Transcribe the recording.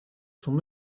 sont